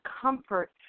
comfort